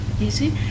easy